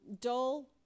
dull